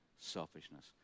selfishness